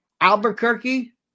Albuquerque